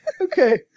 Okay